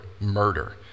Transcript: murder